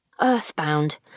Earthbound